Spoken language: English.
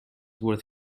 worth